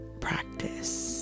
practice